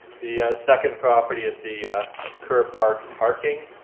the second property is the ker park parking.